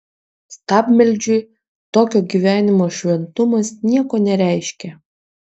stabmeldžiui tokio gyvenimo šventumas nieko nereiškia